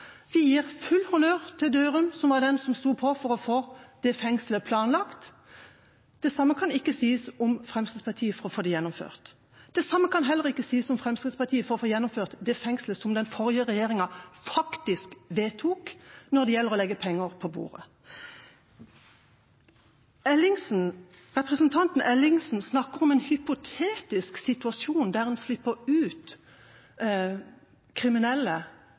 Vi gir full honnør til Dørum, som var den som sto på for å få det fengselet planlagt. Det samme kan ikke sies om Fremskrittspartiet når det gjaldt å få det gjennomført. Det samme kan heller ikke sies om Fremskrittspartiet når det gjelder å få gjennomført bygginga av fengselet som den forrige regjeringa vedtok – når det gjelder å legge penger på bordet. Representanten Ellingsen snakker om en hypotetisk situasjon der en slipper ut folk som har begått kriminelle